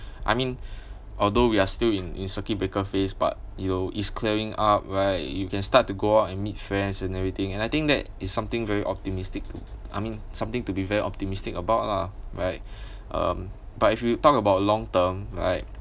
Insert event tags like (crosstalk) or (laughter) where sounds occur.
I mean although we are still in in circuit breaker phase but you know is clearing up right you can start to go out and meet friends and everything and I think that is something very optimistic to I mean something to be very optimistic about lah right (breath) um but if you talk about long term like